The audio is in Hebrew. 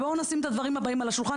בואו נשים את הדברים הבאים על השולחן,